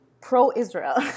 pro-israel